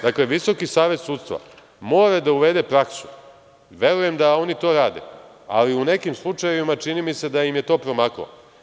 Dakle, Visoki savet sudstva mora da uvede praksu, verujem da oni to rade, ali u nekim slučajevima, čini mi se da im je to promaklo.